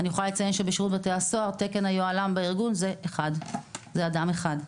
אני יכולה לציין שבשירות בתי הסוהר תקן היוהל"מ בארגון הוא אדם אחד.